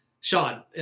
Sean